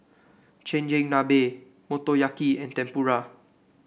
Chigenabe Motoyaki and Tempura